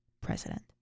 president